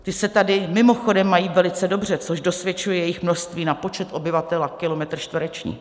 Ty se tady mimochodem mají velice dobře, což dosvědčuje jejich množství na počet obyvatel a kilometr čtvereční.